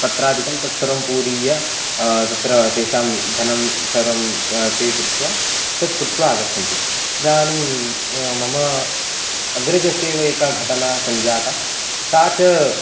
पत्रादिकं तत् सर्वं पूरयित्वा तत्र तेषां धनं सर्वं पे कृत्वा तत् कृत्वा आगच्छन्ति इदानीं मम अग्रजस्य एव एका घटना सञ्जाता सा च